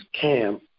camp